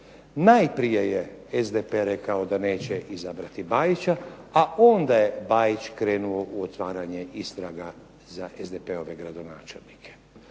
Najprije je SDP rekao da neće izabrati Bajića a onda je Bajić krenuo u otvaranje istraga za SDP-ove gradonačelnike,